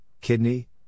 kidney